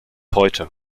heute